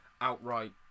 outright